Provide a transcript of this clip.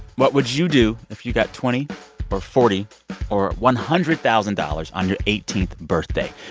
what would you do if you got twenty or forty or one hundred thousand dollars on your eighteenth birthday?